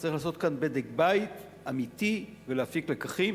צריך לעשות כאן בדק-בית אמיתי ולהפיק לקחים,